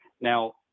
Now